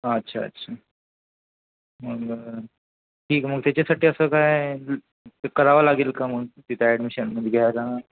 अच्छा अच्छा मग ठीक आहे मग त्याच्यासाठी असं काय करावं लागेल का मग तिथं ॲडमिशनमध्ये घ्यायला